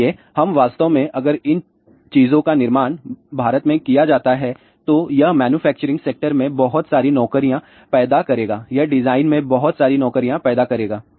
इसलिए हम वास्तव में अगर इन चीजों का निर्माण भारत में किया जाता है तो यह मैन्युफैक्चरिंग सेक्टर में बहुत सारी नौकरियां पैदा करेगा यह डिजाइन में बहुत सारी नौकरियां पैदा करेगा